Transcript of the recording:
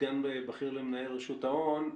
סגן בכיר למנהל רשות שוק ההון.